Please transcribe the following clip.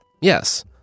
yes